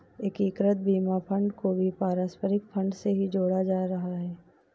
एकीकृत बीमा फंड को भी पारस्परिक फंड से ही जोड़ा जाता रहा है